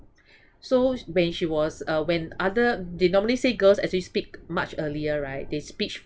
so when she was uh when other they normally say girls actually speak much earlier right they speech